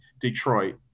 Detroit